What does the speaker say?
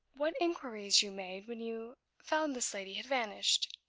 what inquiries you made when you found this lady had vanished?